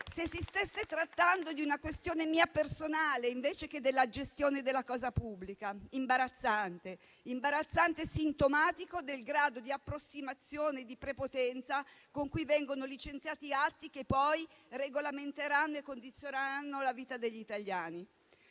se si stesse trattando di una questione mia personale invece che della gestione della cosa pubblica: imbarazzante e sintomatico del grado di approssimazione e di prepotenza con cui vengono licenziati atti che poi regolamenteranno e condizioneranno la vita degli italiani.